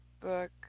book